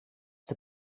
ter